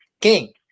king